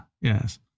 Yes